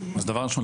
דבר ראשון,